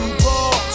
ball